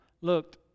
looked